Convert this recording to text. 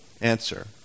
answer